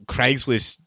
Craigslist